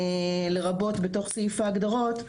לרבות בתוך סעיף ההגדרות,